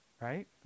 Right